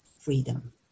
Freedom